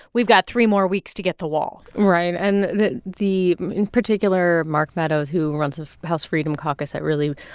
we've got three more weeks to get the wall right. and the the in particular, mark meadows who runs the house freedom caucus, that, really,